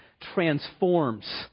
transforms